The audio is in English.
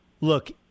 look